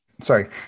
Sorry